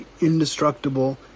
indestructible